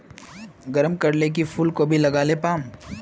गरम कले की फूलकोबी लगाले पाम?